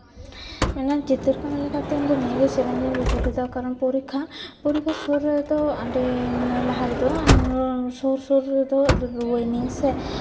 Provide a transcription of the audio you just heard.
ᱚᱱᱟ ᱪᱤᱛᱟᱹᱨ ᱠᱟᱹᱢᱤ ᱞᱮᱠᱟ ᱛᱮᱫᱚ ᱱᱤᱭᱟᱹᱜᱮ ᱪᱮᱞᱮᱧᱡᱽ ᱤᱧ ᱵᱩᱡᱷᱟᱹᱣ ᱞᱮᱫᱟ ᱠᱟᱨᱚᱱ ᱯᱚᱨᱤᱠᱠᱷᱟ ᱯᱚᱨᱤᱠᱠᱷᱟ ᱥᱩᱨ ᱨᱮᱫᱚ ᱚᱸᱰᱮ ᱢᱟᱱᱮ ᱞᱟᱦᱟ ᱨᱮᱫᱚ ᱥᱩᱨ ᱥᱩᱨ ᱨᱮᱫᱚ ᱨᱩᱣᱟᱹᱭᱮᱱᱟᱹᱧ ᱥᱮ